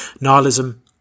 nihilism